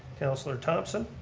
councilor thomson.